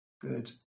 good